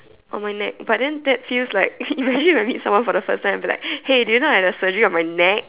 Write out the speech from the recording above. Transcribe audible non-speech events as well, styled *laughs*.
on my neck but then that feels like imagine *laughs* if I meet someone for the first time I be like hey do you know I have a surgery on my neck